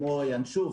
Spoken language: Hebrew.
כמו הינשוף,